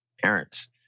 parents